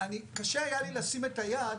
קשה היה לי לשים את היד,